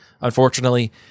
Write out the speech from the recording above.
Unfortunately